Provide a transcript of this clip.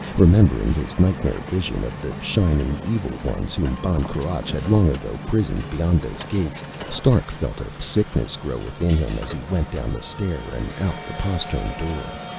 remembering his nightmare vision of the shining, evil ones whom ban cruach had long ago prisoned beyond those gates, stark felt a sickness grow within him as he went down the stair and out the postern door.